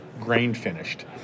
grain-finished